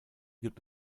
gibt